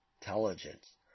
intelligence